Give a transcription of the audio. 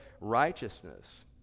righteousness